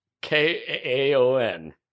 K-A-O-N